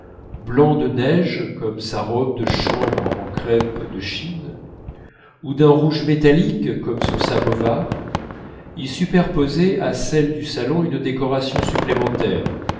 blancs de neige comme sa robe de chambre en crêpe de chine ou d'un rouge métallique comme son samovar ils superposaient à celle du salon une décoration supplémentaire